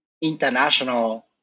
international